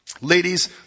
Ladies